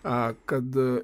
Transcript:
a kad